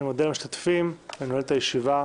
אני מודה למשתתפים ונועל את הישיבה.